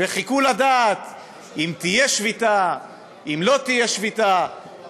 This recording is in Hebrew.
וחיכו לדעת אם תהיה שביתה או לא תהיה שביתה,